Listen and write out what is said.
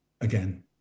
again